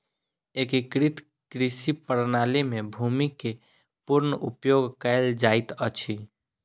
एकीकृत कृषि प्रणाली में भूमि के पूर्ण उपयोग कयल जाइत अछि